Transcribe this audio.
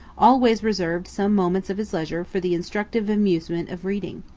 always reserved some moments of his leisure for the instructive amusement of reading.